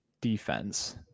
defense